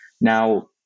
Now